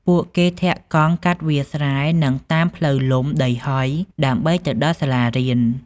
ពួកគេធាក់កាត់វាលស្រែនិងតាមផ្លូវលំដីហុយដើម្បីទៅដល់សាលារៀន។